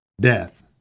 death